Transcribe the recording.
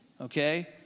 okay